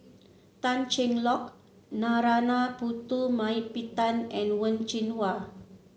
Tan Cheng Lock Narana Putumaippittan and Wen Jinhua